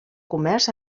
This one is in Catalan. comerç